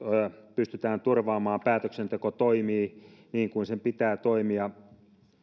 pystytään turvaamaan ja päätöksenteko toimii niin kuin sen pitää toimia